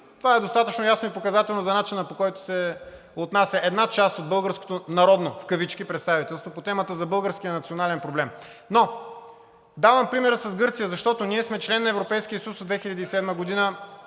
Това е достатъчно ясно и показателно за начина, по който се отнася една част от българското народно, в кавички, представителство по темата за българския национален проблем. Давам пример с Гърция, защото ние сме член на Европейския съюз от 2007 г.,